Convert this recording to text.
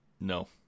No